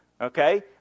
Okay